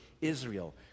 Israel